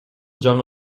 жаңы